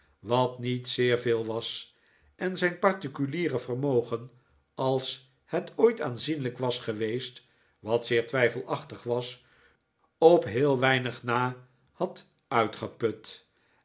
wat niet zeer veel was en zijn particuliere vermogen als het ooit aanzienlijk was geweest wat zeer twijfelachtig was op heel weinig na had uitgeput